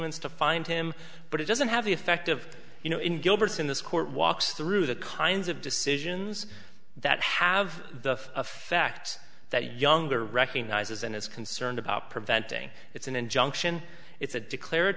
continuance to find him but it doesn't have the effect of you know in gilberts in this court walks through the kinds of decisions that have the effect that younger recognizes and is concerned about preventing it's an injunction it's a declar